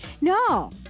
no